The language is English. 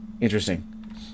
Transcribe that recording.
interesting